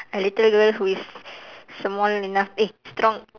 a little girl who is small enough eh strong